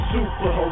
Super